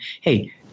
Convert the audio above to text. hey